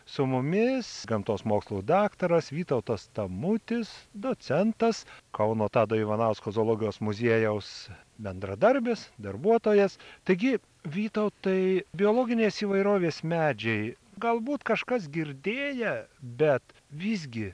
su mumis gamtos mokslų daktaras vytautas tamutis docentas kauno tado ivanausko zoologijos muziejaus bendradarbis darbuotojas taigi vytautai biologinės įvairovės medžiai galbūt kažkas girdėję bet visgi